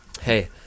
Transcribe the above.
Hey